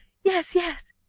yes, yes!